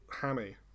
hammy